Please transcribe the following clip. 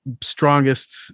strongest